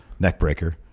Neckbreaker